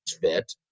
fit